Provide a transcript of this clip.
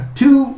two